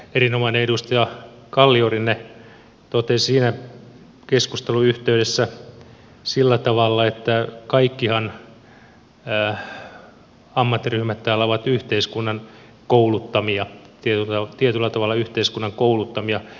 erinomainen edustaja kalliorinne totesi siinä keskustelun yhteydessä sillä tavalla että kaikki ammattiryhmäthän täällä ovat tietyllä tavalla yhteiskunnan kouluttamia